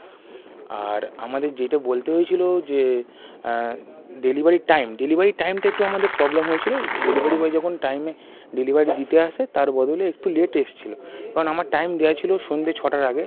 আর আমাদের যেটা বলতে হয়েছিলো যে ডেলিবারির টাইম ডেলিভারির টাইমটা একটু আমাদের প্রবলেম হয়েছিলো ডেলিভারি বয় যখন টাইমে ডেলিভারি দিতে আসে তার বদলে একটু লেট এসছিলো কারণ আমার টাইম দেওয়া ছিলো সন্ধ্যে ছটার আগে